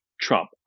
trump